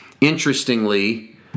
Interestingly